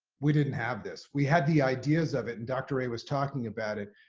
we didn't have this. we had the ideas of it and dr. a was talking about it.